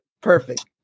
Perfect